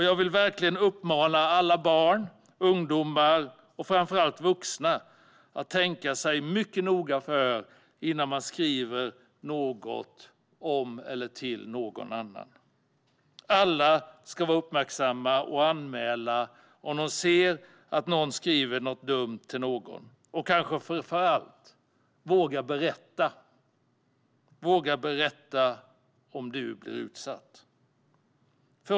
Jag vill verkligen uppmana alla barn, ungdomar och framför allt vuxna att tänka sig mycket noga för innan man skriver något om eller till någon annan. Alla ska vara uppmärksamma och anmäla om de ser att någon skriver något dumt till någon och, kanske framför allt, våga berätta om du blir utsatt.